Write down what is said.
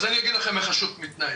אז אני אגיד לכם איך השוק מתנהל: